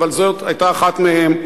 אבל זאת היתה אחת מהן,